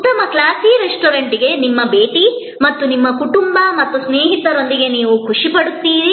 ಉತ್ತಮ ಕ್ಲಾಸಿ ರೆಸ್ಟೋರೆಂಟ್ಗೆ ನಿಮ್ಮ ಭೇಟಿ ಮತ್ತು ನಿಮ್ಮ ಕುಟುಂಬ ಮತ್ತು ಸ್ನೇಹಿತರೊಂದಿಗೆ ನೀವು ಖುಷಿಪಡುತ್ತೀರಿ